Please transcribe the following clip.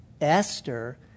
Esther